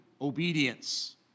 obedience